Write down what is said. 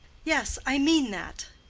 yes, i mean that,